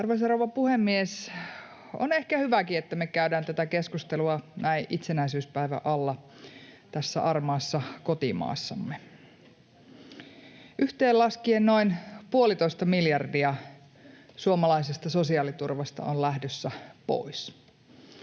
Arvoisa rouva puhemies! On ehkä hyväkin, että me käydään tätä keskustelua näin itsenäisyyspäivän alla tässä armaassa kotimaassamme. Yhteen laskien noin puolitoista miljardia suomalaisesta sosiaaliturvasta on lähdössä pois.